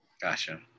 Gotcha